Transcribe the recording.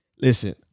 listen